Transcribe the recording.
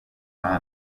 nta